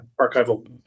archival